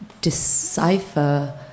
decipher